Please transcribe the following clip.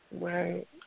Right